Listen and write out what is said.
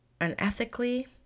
unethically